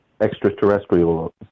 extraterrestrial